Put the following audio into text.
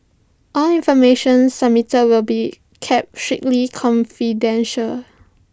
all information submitted will be kept strictly confidential